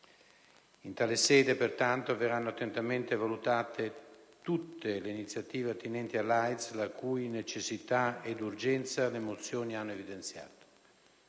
In tale sede, pertanto, verranno attentamente valutate tutte le iniziative attinenti all'AIDS, la cui necessità e urgenza le mozioni hanno evidenziato,